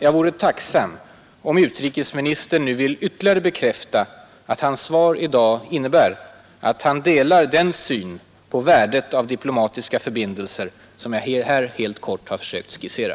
Jag vore tacksam om utrikesministern nu ville ytterligare bekräfta, att hans svar i dag innebär att han delar den syn på värdet av diplomatiska förbindelser som jag här helt kort har försökt skissera.